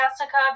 Jessica